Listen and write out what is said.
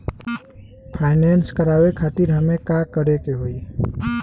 Finance करावे खातिर हमें का करे के होई?